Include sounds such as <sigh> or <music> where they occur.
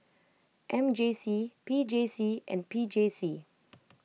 M J C P J C and P J C <noise>